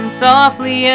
softly